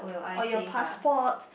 or your passport